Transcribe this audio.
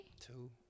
Two